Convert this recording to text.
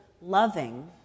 loving